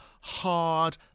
hard